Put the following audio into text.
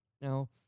Now